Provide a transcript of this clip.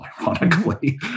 ironically